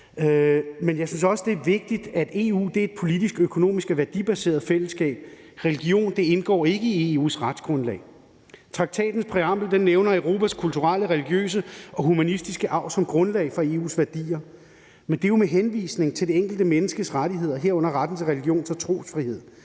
Men jeg synes også, det er vigtigt, at EU er et politisk-økonomisk værdibaseret fællesskab. Religion indgår ikke i EU's retsgrundlag. Traktatens præambel nævner Europas kulturelle, religiøse og humanistiske arv som grundlag for EU's værdier, men det er jo med henvisning til det enkelte menneskes rettigheder, herunder retten til religions- og trosfrihed.